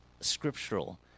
scriptural